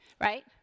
right